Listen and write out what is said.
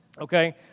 okay